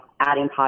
adding